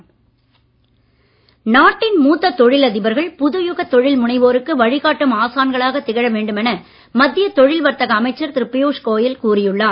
கோயல் நாட்டின் மூத்த தொழிலதிபர்கள் புது யுகத் தொழில் முனைவோருக்கு வழிகாட்டும் ஆசான்களாகத் திகழ வேண்டுமென மத்திய தொழில் வர்த்தக அமைச்சர் திரு பியூஷ் கோயல் கூறி உள்ளார்